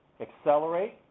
accelerate